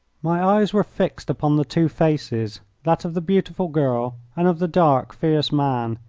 my eyes were fixed upon the two faces, that of the beautiful girl and of the dark, fierce man,